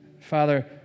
Father